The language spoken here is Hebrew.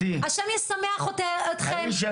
השם ישמח אתכם,